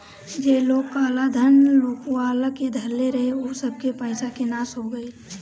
जे लोग काला धन लुकुआ के धइले रहे उ सबके पईसा के नाश हो गईल